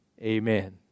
amen